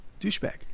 douchebag